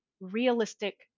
realistic